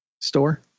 Store